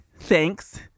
Thanks